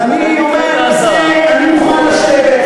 ואני אומר, על זה אני מוכן לשבת.